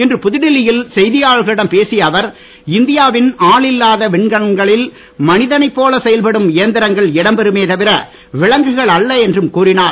இன்று புதுடில்லி யில் செய்தியாளர்களிடம் பேசிய அவர் இந்தியா வின் ஆள் இல்லாத விண்கலங்களில் மனிதனைப்போல செயல்படும் இயந்திரங்கள் இடம்பெறுமே தவிர விலங்குகள் அல்ல என்றும் கூறினார்